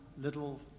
little